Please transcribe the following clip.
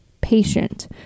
patient